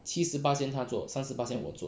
七十巴仙他做三十巴仙